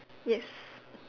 yes